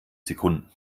sekunden